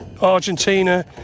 Argentina